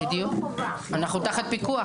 בדיוק, אנחנו תחת פיקוח.